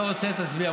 אתה רוצה, תצביע.